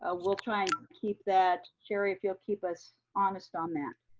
ah we'll try and keep that, sherri, if you'll keep us honest on that.